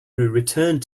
returned